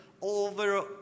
over